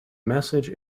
message